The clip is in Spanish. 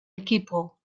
equipo